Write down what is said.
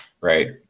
Right